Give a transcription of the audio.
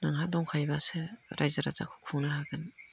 नोंहा दंखायोबासो राइजो राजाखौ खुंनो हागोन